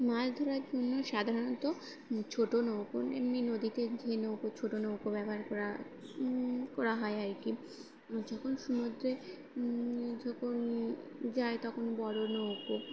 মাছ ধরার জন্য সাধারণত ছোটো নৌকো এমনি নদীতে যে নৌকো ছোটো নৌকো ব্যবহার করা করা হয় আর কি যখন সমুদ্রে যখন যায় তখন বড়ো নৌকো